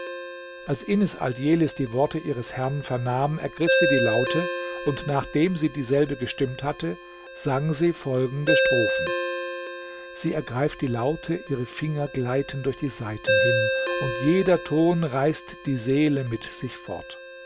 als enis aldjelis die worte ihres herrn vernahm ergriff sie die laute und nachdem sie dieselbe gestimmt hatte sang sie folgende strophen sie ergreift die laute ihre finger gleiten durch die saiten hin und jeder ton reißt die seele mit sich fort